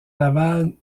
laval